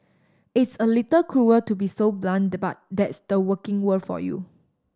it's a little cruel to be so blunt but that's the working world for you